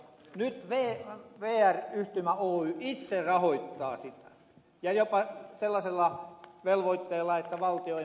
nyt vr yhtymä oy itse rahoittaa sitä ja jopa sellaisella näkymällä että valtio ei maksa takaisin